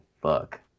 Fuck